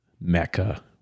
Mecca